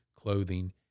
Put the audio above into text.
clothing